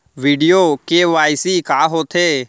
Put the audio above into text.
video KYC का होथे